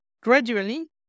gradually